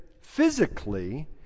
physically